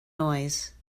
noise